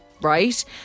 right